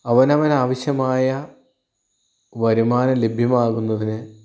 അവനവന് ആവിശ്യമായ വരുമാനം ലഭ്യമാകുന്നതിന്